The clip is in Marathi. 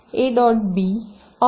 b or b